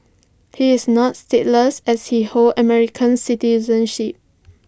he is not stateless as he holds American citizenship